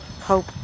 hope